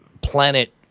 planet